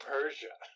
Persia